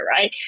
right